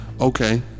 Okay